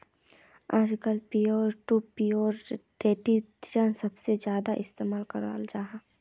आजकल peer to peer लेंडिंगेर सबसे ज्यादा इस्तेमाल कराल जाहा